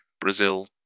Brazil